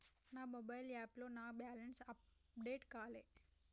నా మొబైల్ యాప్లో నా బ్యాలెన్స్ అప్డేట్ కాలే